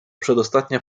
przedostatnia